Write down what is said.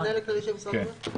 המנהל הכללי של משרד הבריאות?